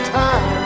time